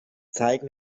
zeige